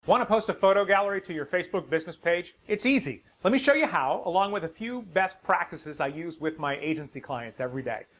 want to post a photo gallery to your facebook business page? it's easy! let me show you how along with a few best practices i use with my agency clients every day.